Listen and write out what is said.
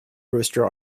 rooster